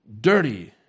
dirty